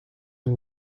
and